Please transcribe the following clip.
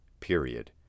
period